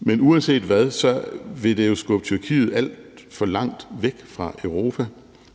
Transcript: Men uanset hvad vil det jo skubbe Tyrkiet alt for langt væk fra Europa,